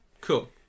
Cool